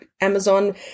Amazon